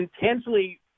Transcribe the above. Intensely